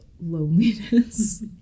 loneliness